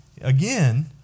again